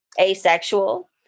asexual